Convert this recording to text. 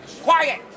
quiet